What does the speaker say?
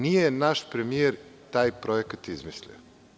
Nije naš premijer taj projekat izmislio.